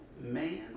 man